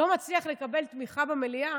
לא מצליח לקבל תמיכה במליאה,